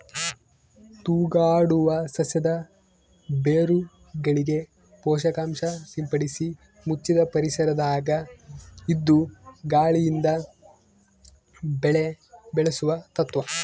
ತೂಗಾಡುವ ಸಸ್ಯದ ಬೇರುಗಳಿಗೆ ಪೋಷಕಾಂಶ ಸಿಂಪಡಿಸಿ ಮುಚ್ಚಿದ ಪರಿಸರದಾಗ ಇದ್ದು ಗಾಳಿಯಿಂದ ಬೆಳೆ ಬೆಳೆಸುವ ತತ್ವ